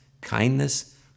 kindness